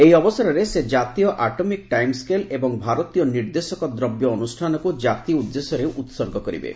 ଏହି ଅବସରରେ ସେ ଜାତୀୟ ଆଟମିକ ଟାଇମ ସ୍କେଲ୍ ଏବଂ ଭାରତୀୟ ନିର୍ଦ୍ଦେଶକ ଦ୍ରବ୍ୟ ଅନୁଷ୍ଠାନକୁ ଜାତି ଉଦ୍ଦେଶ୍ୟରେ ଉତ୍ସର୍ଗ କରିବେ